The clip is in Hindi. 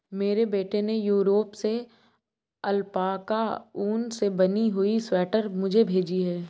मेरे बेटे ने यूरोप से अल्पाका ऊन से बनी हुई स्वेटर मुझे भेजी है